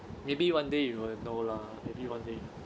maybe one day you will know lah maybe one day